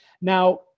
Now